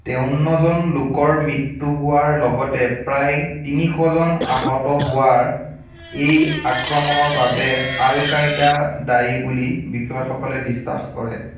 তেৱন্নজন লোকৰ মৃত্যু হোৱাৰ লগতে প্ৰায় তিনিশজন আহত হোৱা এই আক্ৰমণৰ বাবে আল কায়দা দায়ী বুলি বিষয়াসকলে বিশ্বাস কৰে